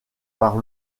par